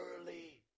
early